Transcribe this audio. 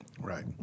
Right